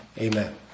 Amen